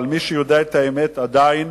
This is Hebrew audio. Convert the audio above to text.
אבל מי שיודע את האמת, עדיין